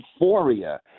euphoria